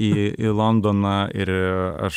į į londoną ir aš